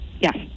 Yes